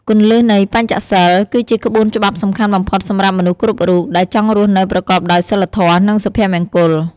គន្លឹះនៃ បញ្ចសីល គឺជាក្បួនច្បាប់សំខាន់បំផុតសម្រាប់មនុស្សគ្រប់រូប ដែលចង់រស់នៅប្រកបដោយសីលធម៌ និងសុភមង្គល។